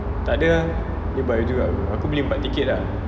tak ada ah eh but anyway right aku beli empat ticket ah